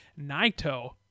Naito